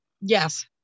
Yes